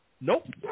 Nope